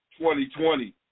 2020